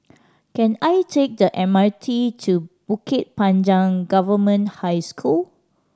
can I take the M R T to Bukit Panjang Government High School